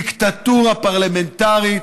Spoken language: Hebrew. דיקטטורה פרלמנטרית.